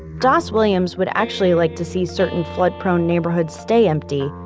das williams would actually like to see certain flood-prone neighborhoods stay empty,